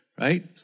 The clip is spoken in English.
right